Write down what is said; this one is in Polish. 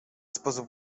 sposób